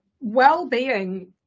wellbeing